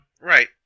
Right